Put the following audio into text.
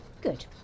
Good